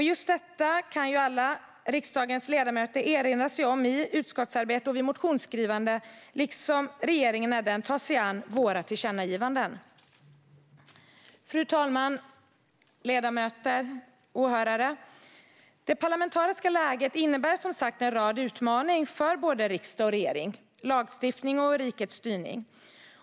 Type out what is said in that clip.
Just detta kan riksdagens alla ledamöter erinra sig i utskottsarbetet och vid motionsskrivandet, liksom regeringen när den tar sig an våra tillkännagivanden. Fru talman! Ledamöter och åhörare! Det parlamentariska läget innebär som sagt en rad utmaningar för både riksdag och regering, vad gäller både lagstiftning och rikets styrning.